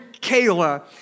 Kayla